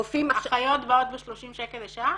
רופאים -- אחיות באות ב-30 שקל לשעה?